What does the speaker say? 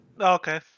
Okay